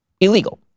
illegal